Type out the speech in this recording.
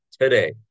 today